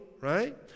right